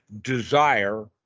desire